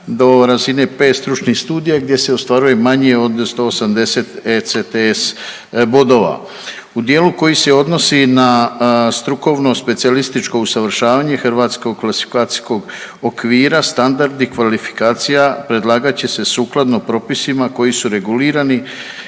Hrvatskog klasifikacijskog okvira standardi kvalifikacija predlagat će se sukladno propisima koji su regulirani